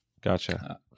Gotcha